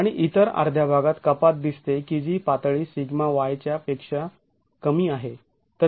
आणि इतर अर्ध्या भागात कपात दिसते की जी पातळी σy च्या पेक्षा कमी आहे